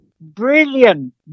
Brilliant